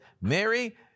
Mary